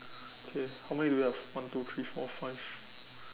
okay how many do you have one two three four five